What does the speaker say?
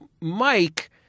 Mike